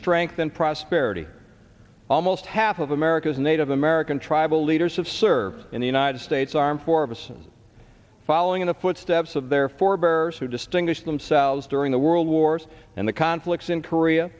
strength and prosperity almost half of america's native american tribal leaders have served in the united states armed four of us following in the footsteps of their forebears who distinguished themselves during the world wars and the conflicts in korea